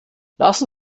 lassen